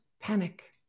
panic